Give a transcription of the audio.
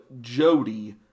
Jody